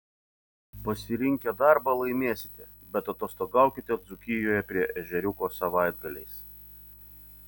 pasirinkę darbą laimėsite bet atostogaukite dzūkijoje prie ežeriuko savaitgaliais